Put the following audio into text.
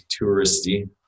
touristy